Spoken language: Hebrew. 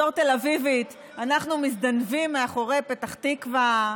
בתור תל אביבית אנחנו מזדנבים מאחורי פתח תקווה.